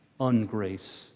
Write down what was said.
ungrace